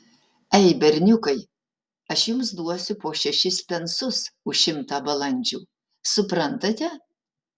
ei berniukai aš jums duosiu po šešis pensus už šimtą balandžių suprantate